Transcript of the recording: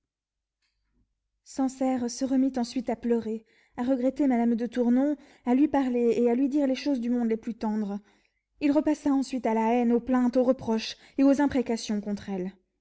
sancerre se remit ensuite à pleurer à regretter madame de tournon à lui parler et à lui dire les choses du monde les plus tendres il repassa ensuite à la haine aux plaintes aux reproches et aux imprécations contre elle